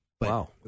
Wow